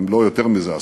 אם לא יותר מזה,